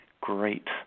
great